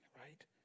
right